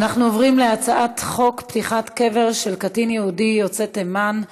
אנחנו עוברים להצעת חוק פתיחת קבר של קטין יהודי יוצא תימן,